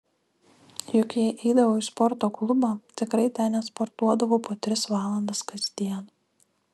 juk jei eidavau į sporto klubą tikrai ten nesportuodavau po tris valandas kasdien